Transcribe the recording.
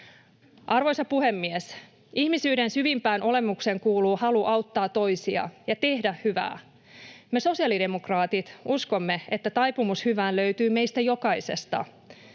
Arvoisa puhemies! Ihmisyyden syvimpään olemukseen kuuluu halu auttaa toisia ja tehdä hyvää. Me sosiaalidemokraatit uskomme, että taipumus hyvään löytyy meistä jokaisesta.